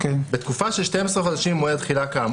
'בתקופה של 12 חודשים ממועד התחילה כאמור'.